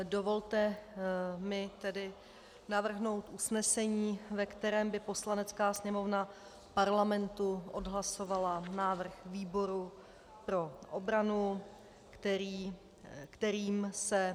Dovolte mi tedy navrhnout usnesení, ve kterém by Poslanecká sněmovna Parlamentu odhlasovala návrh výboru pro obranu, kterým se